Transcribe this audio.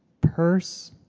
Purse